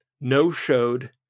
no-showed